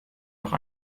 doch